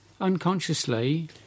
unconsciously